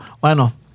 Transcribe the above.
bueno